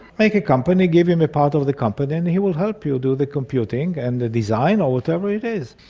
make a company, give him a part of the company and he will help you do the computing and the design or whatever it is.